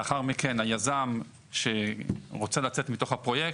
לאחר מכן, היזם שרוצה לצאת מתוך הפרויקט,